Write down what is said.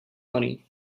money